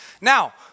Now